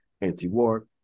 anti-war